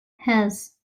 has